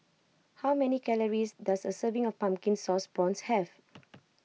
how many calories does a serving of Pumpkin Sauce Prawns have